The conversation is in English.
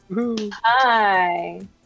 hi